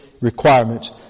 requirements